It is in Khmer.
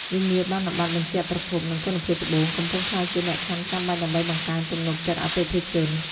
វិញ្ញាបនបត្របញ្ជាក់ប្រភព និងគុណភាពត្បូង កំពុងក្លាយជាលក្ខខណ្ឌចាំបាច់ដើម្បីបង្កើនទំនុកចិត្តអតិថិជន។